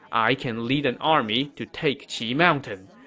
i can lead an army to take qi mountain.